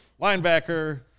linebacker